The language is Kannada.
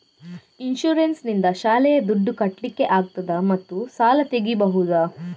ಇನ್ಸೂರೆನ್ಸ್ ನಿಂದ ಶಾಲೆಯ ದುಡ್ದು ಕಟ್ಲಿಕ್ಕೆ ಆಗ್ತದಾ ಮತ್ತು ಸಾಲ ತೆಗಿಬಹುದಾ?